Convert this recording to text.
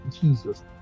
Jesus